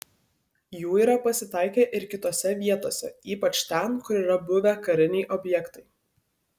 jų yra pasitaikę ir kitose vietose ypač ten kur yra buvę kariniai objektai